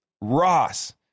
Ross